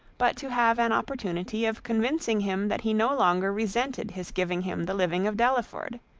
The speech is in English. but to have an opportunity of convincing him that he no longer resented his giving him the living of delaford